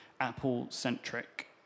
Apple-centric